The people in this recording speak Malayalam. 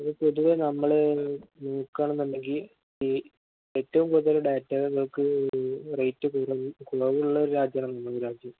ഇത് പൊതുവേ നമ്മള് നോക്കുകയാണെന്നുണ്ടെങ്കില് ഈ ഏറ്റവും കൂടുതല് ഡാറ്റ നമുക്ക് റേറ്റ് കുറവുള്ള ഒരു രാജ്യമാണ് നമ്മുടെ രാജ്യം